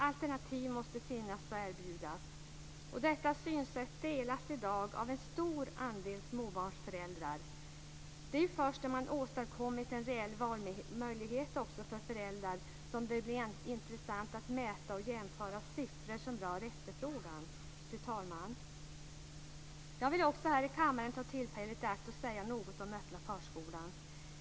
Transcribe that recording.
Alternativ måste finnas och erbjudas. Detta synsätt delas i dag av en stor andel småbarnsföräldrar. Det är först när man åstadkommit en reell valmöjlighet också för föräldrar som det blir intressant att mäta och jämföra siffror som rör efterfrågan. Fru talman! Jag vill också här i kammaren ta tillfället i akt att säga något om öppna förskolan.